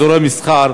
אזורי מסחר,